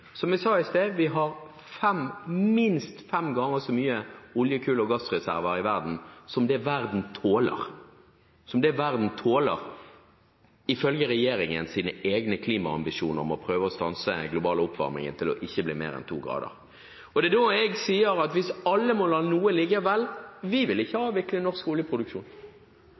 Som jeg sa i stad, vi har minst fem ganger så mye olje-, kull- og gassreserver i verden som det verden tåler – som det verden tåler – ifølge regjeringens egne klimaambisjoner om å prøve å stanse den globale oppvarmingen til ikke å bli mer enn to grader. Det er da jeg sier at alle må la noe ligge. Vi sier ikke at vi skal avvikle